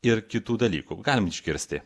ir kitų dalykų galim išgirsti